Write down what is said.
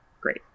great